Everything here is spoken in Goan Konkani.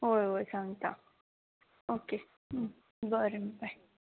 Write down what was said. हय हय सांगता ओके बरें बाय